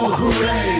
hooray